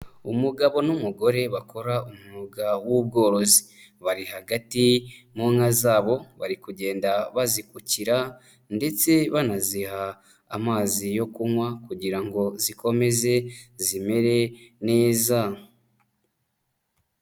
Umugabo n'umugore bakora umwuga w'ubworozi. Bari hagati mu nka zabo bari kugenda bazikukira ndetse banaziha amazi yo kunywa kugira ngo zikomeze zimere neza.